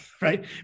Right